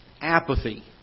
apathy